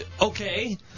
Okay